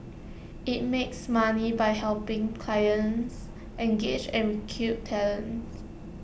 IT makes money by helping clients engage and recruit talents